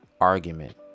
argument